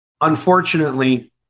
Unfortunately